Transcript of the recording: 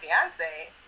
fiance